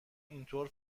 اینطور